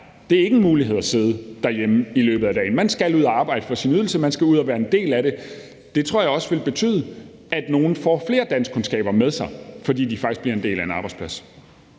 at det ikke er en mulighed at sidde derhjemme i løbet af dagen, og at man skal ud at arbejde for sin ydelse, og at man skal ud at være en del af det, vil betyde, at nogle får flere danskkundskaber med sig, altså fordi de faktisk bliver en del af en arbejdsplads.